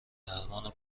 درمان